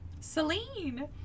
Celine